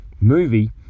movie